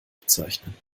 bezeichnen